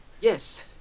Yes